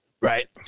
right